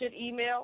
email